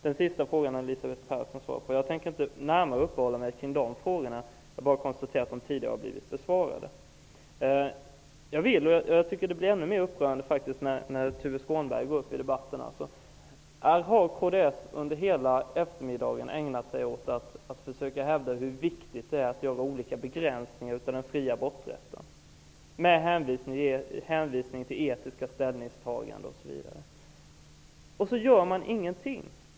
Den sista av Tuve Skånbergs frågor har Elisabeth Persson redan svarat på. Jag tänker inte närmare uppehålla mig kring de frågorna. Jag bara konstaterar att de tidigare har blivit besvarade. Jag tycker debatten blir ännu mer upprörande när Tuve Skånberg går in i den. Kds har under hela eftermiddagen ägnat sig åt att försöka hävda hur viktigt det är att genomföra olika begränsningar av den fria aborträtten, och man hänvisar då bl.a. till etiska ställningstaganden. Sedan gör man ingenting.